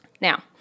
now